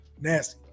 Nasty